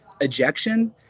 ejection